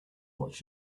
watch